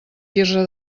quirze